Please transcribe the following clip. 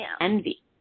envy